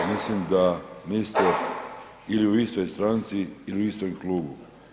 Mislim da niste ili u istoj stranci ili u istom klubu.